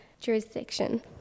jurisdiction